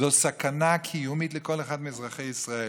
זו סכנה קיומית לכל אחד מאזרחי ישראל,